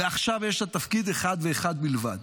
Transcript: ועכשיו יש לה תפקיד אחד, ואחד בלבד: